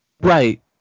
Right